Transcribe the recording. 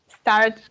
start